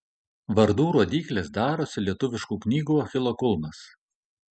vardų rodyklės darosi lietuviškų knygų achilo kulnas